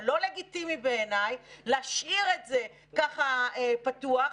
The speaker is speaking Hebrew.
אבל לא לגיטימי בעיניי להשאיר את זה ככה פתוח,